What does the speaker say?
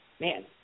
man